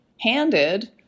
handed